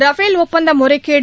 Rafale ஒப்பந்த முறைகேடு